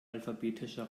alphabetischer